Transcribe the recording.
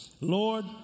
Lord